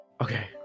Okay